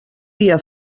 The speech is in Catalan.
dia